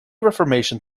reformation